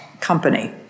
Company